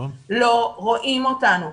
לא רואים אותנו,